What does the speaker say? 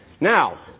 Now